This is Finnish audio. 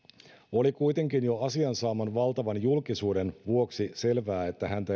oli kuitenkin jo asian saaman valtavan julkisuuden vuoksi selvää että häntä